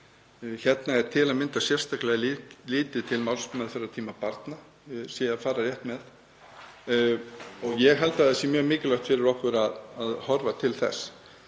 Hérna er til að mynda sérstaklega litið til málsmeðferðartíma barna, ég held að ég sé að fara rétt með það. Ég held að það sé mjög mikilvægt fyrir okkur að horfa til þess.